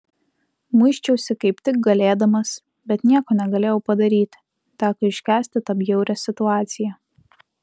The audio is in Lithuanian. muisčiausi kaip tik galėdamas bet nieko negalėjau padaryti teko iškęsti tą bjaurią situaciją